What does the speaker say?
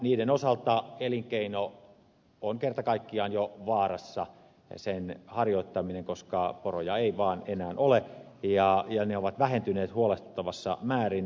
niiden osalta elinkeinon harjoittaminen on kerta kaikkiaan jo vaarassa koska poroja ei vaan enää ole ja ne ovat vähentyneet huolestuttavassa määrin